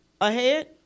ahead